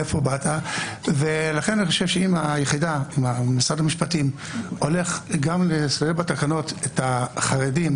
אני חושב שאם היחידה עם משרד המשפטים הולכת לשים בתקנות גם את החרדים,